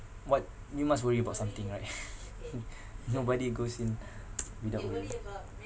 what you must worry about something right nobody goes in without worry